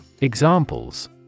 Examples